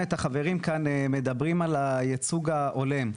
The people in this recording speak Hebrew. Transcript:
את החברים כאן מדברים על הייצוג ההולם.